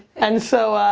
and so,